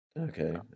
Okay